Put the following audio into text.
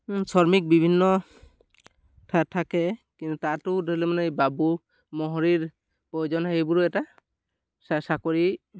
শ্ৰমিক বিভিন্ন থাকে কিন্তু তাতো ধৰি লওক মানে এই বাবু মহৰীৰ প্ৰয়োজন সেইবোৰো এটা চাকৰি